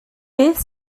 beth